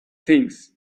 things